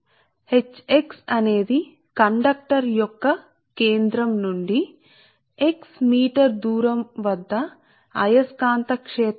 ఇలా నిర్వచించాము మరియు ఇక్కడ H x అయస్కాంత క్షేత్ర తీవ్రత కండక్టర్ యొక్క కేంద్రం నుండి x మీటర్ దూరం వద్ద ampere turns per meter కు సమానం